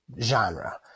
genre